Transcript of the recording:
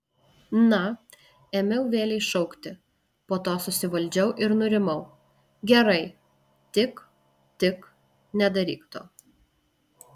na ėmiau vėlei šaukti po to susivaldžiau ir nurimau gerai tik tik nedaryk to